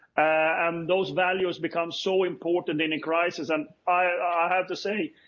and those values become so important in a crisis and i have to say,